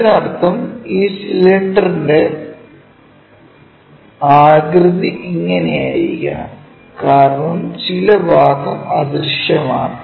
അതിനർത്ഥം ഇത് സിലിണ്ടറിന്റെ ആകൃതി ഇങ്ങനെയായിരിക്കാം കാരണം ചില ഭാഗം അദൃശ്യമാണ്